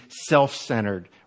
self-centered